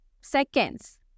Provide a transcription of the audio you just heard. seconds